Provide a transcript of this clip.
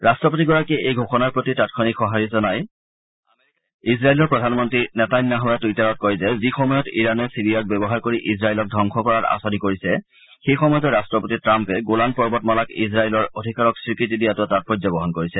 ৰাষ্ট্ৰপতিগৰাকীয়ে এই ঘোষণাৰ প্ৰতি তাৎক্ষণিক সহাৰি জনাই ইজৰাইল প্ৰধানমন্ত্ৰী নেতান্যাহুৱে টুইটাৰত কয় যে যি সময়ত ইৰানে ছিৰিয়াক ব্যৱহাৰ কৰি ইজৰাইলক ধবংস কৰাৰ আঁচনি কৰিছে সেই সময়তে ৰাষ্ট্ৰপতি ট্ৰাম্পে গোলান পৰ্বতমালাক ইজৰাইলৰ অধিকাৰক স্বীকৃতি দিয়াটোৱে তাৎপৰ্য বহন কৰিছে